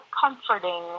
comforting